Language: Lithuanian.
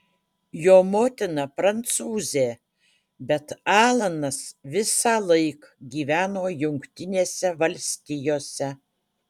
jo motina prancūzė bet alanas visąlaik gyveno jungtinėse valstijose